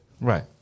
Right